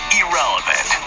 irrelevant